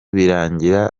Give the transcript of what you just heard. birangira